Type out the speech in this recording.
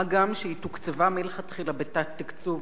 מה גם שהיא תוקצבה מלכתחילה בתת-תקצוב,